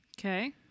Okay